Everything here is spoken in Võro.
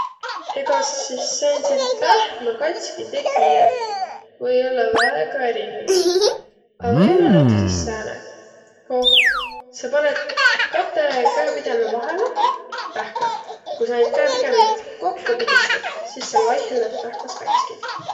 Egaq sis sääntsit pähkmä kats'kitegijät või ollaq väega erinevit. A või-ollaq näütüses sääne, koh sa panõt katõ käepideme vahele pähkmä. Ku sa naid käepidemit kokko pigistat, sis sääl vaihõl lätt pähkmäs kats'ki.